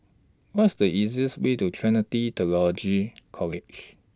What IS The easiest Way to Trinity Theological College